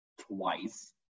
twice